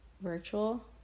virtual